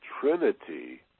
trinity